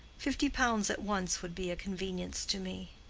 fifty pounds at once would be a convenience to me.